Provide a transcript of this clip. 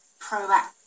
proactive